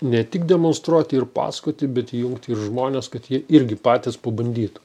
ne tik demonstruoti ir pasakoti bet įjungti ir žmones kad jie irgi patys pabandytų